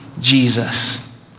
Jesus